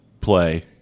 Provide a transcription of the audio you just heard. play